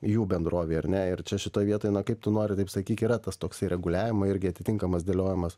jų bendrovei ar ne ir čia šitoj vietoj na kaip tu nori taip sakyk yra tas toksai reguliavimo irgi atitinkamas dėliojimas